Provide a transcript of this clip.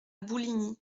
bouligny